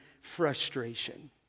frustration